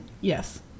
Yes